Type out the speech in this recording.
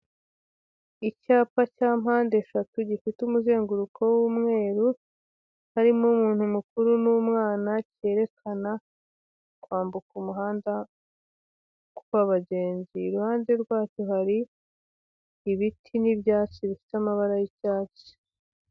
Icyapa cya mpande eshatu gifite umuzenguruko w'umweru harimo umuntu mukuru n'umwana cyerekana kwambuka umuhanda kw'abagenzi. iruhande rwacyo hari ibiti n'ibyatsi bifite amabara y'icyatsi.